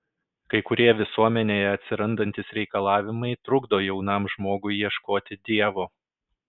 kai kurie visuomenėje atsirandantys reikalavimai trukdo jaunam žmogui ieškoti dievo